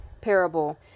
parable